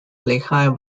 lehigh